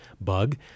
bug